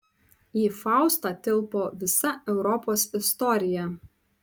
į faustą tilpo visa europos istorija